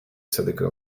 silicon